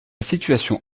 situation